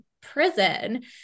prison